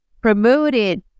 promoted